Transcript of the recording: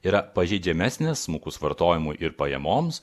yra pažeidžiamesnės smukus vartojimui ir pajamoms